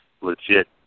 legit